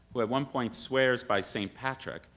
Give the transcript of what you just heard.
who at one point swears by saint patrick,